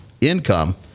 income